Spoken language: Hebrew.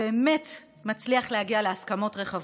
ובאמת מצליח להגיע להסכמות רחבות.